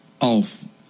off